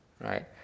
right